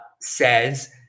says